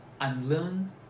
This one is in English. unlearn